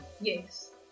Yes